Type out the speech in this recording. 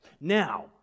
Now